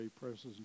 presses